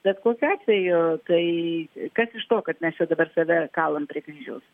bet kokiu atveju tai kas iš to kad mes čia dabar save kalam prie kryžiaus